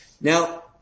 Now